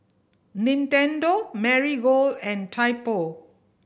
Nintendo Marigold and Typo